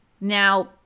Now